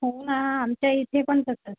हो ना आमच्या इथे पण तसंच